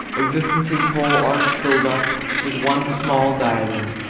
existence's whole arc filled up with one small diadem.